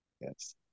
Yes